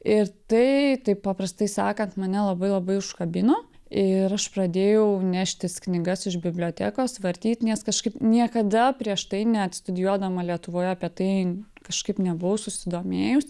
ir tai taip paprastai sakant mane labai labai užkabino ir aš pradėjau neštis knygas iš bibliotekos vartyt nes kažkaip niekada prieš tai net studijuodama lietuvoje apie tai kažkaip nebuvau susidomėjus